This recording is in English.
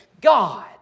God